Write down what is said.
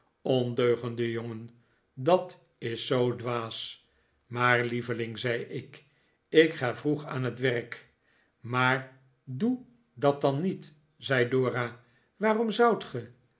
ondeugende jongen dat is zoo dwaas maar lieveling zei ik ik ga vroeg aan het werk maar doe dat dan niet zei dora waarom zoudt ge